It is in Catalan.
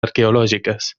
arqueològiques